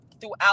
throughout